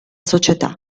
società